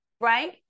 right